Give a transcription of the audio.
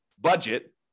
budget